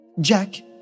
Jack